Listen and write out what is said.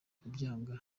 kubyanga